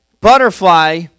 butterfly